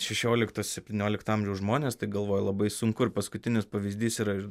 šešiolikto septyniolikto amžiaus žmonės tai galvoja labai sunku ir paskutinis pavyzdys yra